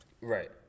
right